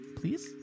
Please